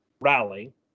rally